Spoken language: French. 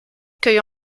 cueille